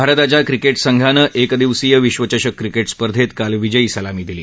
भारताच्या क्रिकेट संघानं एकदिवसीय विश्वचषक क्रिकेट स्पर्धैत काल विजयी सलामी दिली